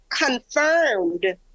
confirmed